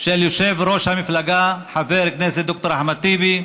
של יושב-ראש המפלגה, חבר הכנסת ד"ר אחמד טיבי,